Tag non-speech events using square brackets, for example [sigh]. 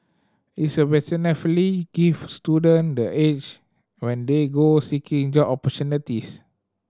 it's a [unintelligible] gives student the edge when they go seeking job opportunities